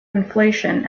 inflation